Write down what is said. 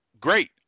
Great